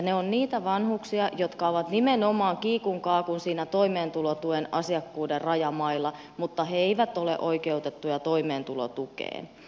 he ovat niitä vanhuksia jotka ovat nimenomaan kiikun kaakun siinä toimeentulotuen asiakkuuden rajamailla mutta he eivät ole oikeutettuja toimeentulotukeen